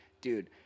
dude